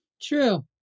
True